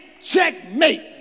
checkmate